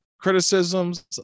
criticisms